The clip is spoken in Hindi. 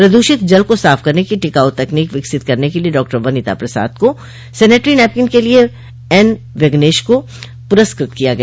प्रदूषित जल को साफ करने की टिकाऊ तकनीक विकसित करने के लिए डॉ वनिता प्रसाद को सेनेटरी नैपकिन के लिए एन विगनेश को पुरस्कृत किया गया